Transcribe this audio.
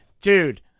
Dude